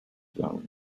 zone